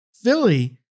Philly